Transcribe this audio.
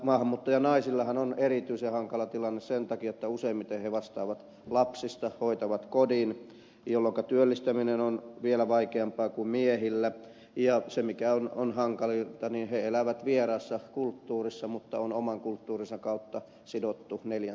maahanmuuttajanaisillahan on erityisen hankala tilanne sen takia että useimmiten he vastaavat lapsista hoitavat kodin jolloinka työllistäminen on vielä vaikeampaa kuin miehillä ja mikä on hankalinta he elävät vieraassa kulttuurissa mutta ovat oman kulttuurinsa kautta sidotut neljän seinän sisään